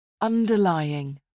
Underlying